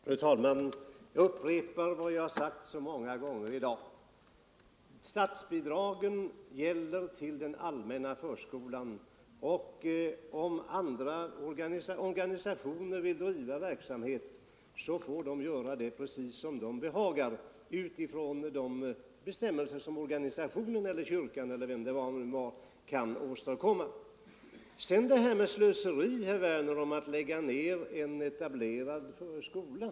Fru talman! Jag upprepar vad jag har sagt så många gånger i dag. Statsbidrag utgår till den allmänna förskolan, och om andra organisationer vill bedriva verksamhet, får de göra det precis som de behagar enligt organisationens — eller kyrkans — egna bestämmelser. Herr Werner i Malmö anser det vara slöseri att lägga ned en etablerad skola.